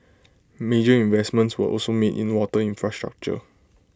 major investments were also made in water infrastructure